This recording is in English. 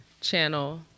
channel